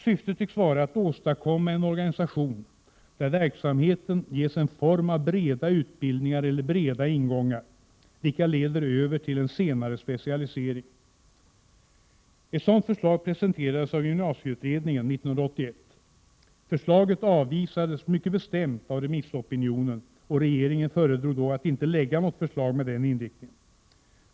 Syftet tycks vara att åstadkomma en organisation, där verksamheten ges en form av breda utbildningar eller breda ingångar, vilka leder över till en senare specialisering. Ett sådant förslag presenterades av gymnasieutredningen 1981. Förslaget avvisades mycket bestämt av remissopinionen, och regeringen föredrog då att inte lägga fram något förslag med denna inriktning.